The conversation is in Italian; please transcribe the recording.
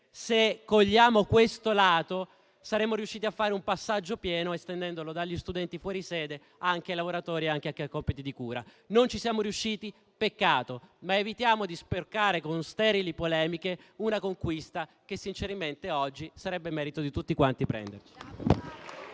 se cogliamo questo lato, saremo riusciti a fare un passaggio pieno estendendolo dagli studenti fuori sede anche ai lavoratori e anche a chi ha compiti di cura. Non ci siamo riusciti? Peccato, ma evitiamo di sporcare con sterili polemiche una conquista che, sinceramente, oggi sarebbe merito di tutti.